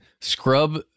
scrub